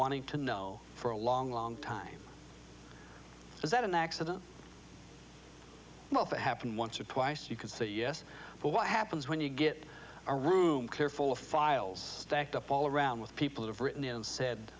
wanting to know for a long long time is that an accident well if it happened once or twice you can say yes but what happens when you get a room clear full of files stacked up all around with people who've written in and said